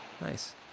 Nice